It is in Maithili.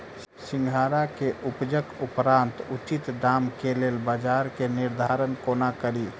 सिंघाड़ा केँ उपजक उपरांत उचित दाम केँ लेल बजार केँ निर्धारण कोना कड़ी?